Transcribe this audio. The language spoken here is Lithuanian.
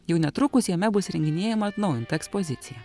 jau netrukus jame bus įrenginėjama atnaujinta ekspozicija